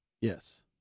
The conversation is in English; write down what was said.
yes